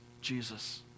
Jesus